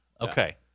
Okay